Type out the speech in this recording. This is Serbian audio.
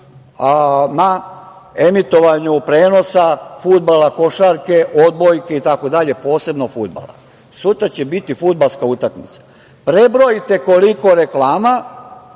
kod emitovanja prenosa fudbala, košarke, odbojke itd, posebno fudbala. Sutra će biti fudbalska utakmica. Prebrojte koliko reklama